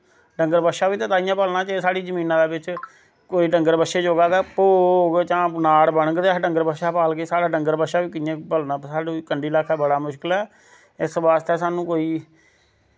डंगर बच्छा बी ते तांईयैं पलना जे साढ़ी जमीनै दे बिच्च कोई डंगर बच्छे जोगा गै भो होग जां नाड़ बनग ते अस डंगर बच्छा पालगे साढ़ा डंगर बच्छा बी कियां पलना स्हानू कंढी ल्हाकै बड़ा मुश्कल ऐ इस बास्तै स्हानू कोई